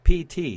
PT